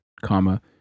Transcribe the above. comma